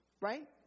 right